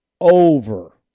over